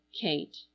Kate